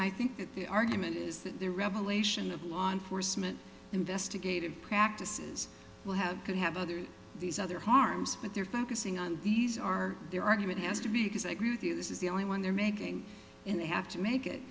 i think the argument is that the revelation of law enforcement investigative practices will have could have other these other harms but they're focusing on these are their argument has to be because i agree with you this is the only one they're making and they have to make it